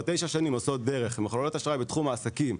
תשע שנים עושות דרך ומחוללות אשראי בתחום העסקים.